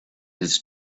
his